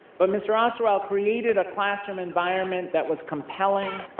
but mr. osterwile created a classroom environment that was compelling,